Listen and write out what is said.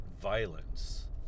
violence